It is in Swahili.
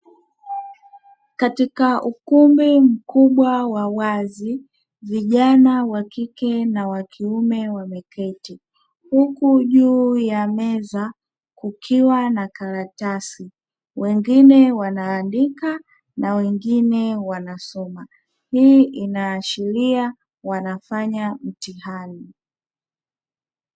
Katika ukumbi mkubwa wa wazi, vijana wakike na wakiume wameketi; huku juu ya meza kukiwa na karatasi, wengine wanaandika na wengine wanasoma, hii inaashiria wanafanya mtihani.